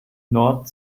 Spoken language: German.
nord